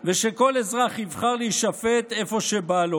לא, את אבי לא.